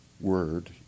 word